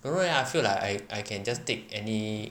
don't know eh I feel like I I can just take any